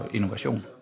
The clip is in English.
Innovation